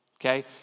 okay